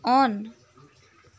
on